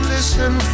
Listen